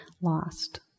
lost